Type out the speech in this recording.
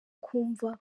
kumva